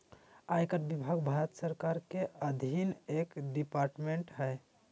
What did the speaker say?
आयकर विभाग भारत सरकार के अधीन एक डिपार्टमेंट हय